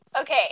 Okay